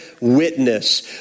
witness